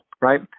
right